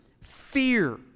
fear